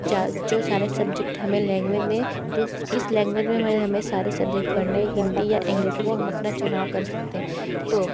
जा जो सारे सब्जेक्ट हमें लैंग्वेज में जो किस लैंग्वेज में हमें सारे सब्जेक्ट पढ़ने है हिंदी या इंग्लिश वो हम अपना चुनाव कर सकते हैं तो